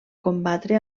combatre